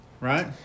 Right